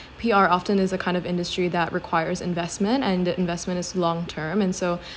P_R often is a kind of industry that requires investment and the investment is long term and so